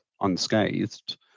unscathed